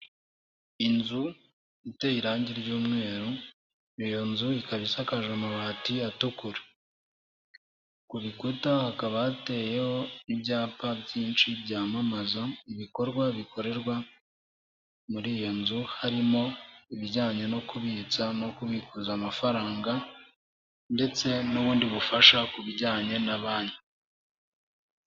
Inzu iteye irangi ry'umweru, iyo nzu ikaba isakaje amabati atukura, ku rukuta hakaba hateyeho ibyapa byinshi byamamaza ibikorwa bikorerwa muri iyo nzu, harimo ibijyanye no kubitsa no kubikuza amafaranga ndetse n'ubundi bufasha ku bijyanye na banki.